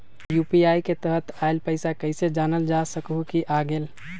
UPI के तहत आइल पैसा कईसे जानल जा सकहु की आ गेल?